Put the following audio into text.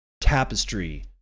tapestry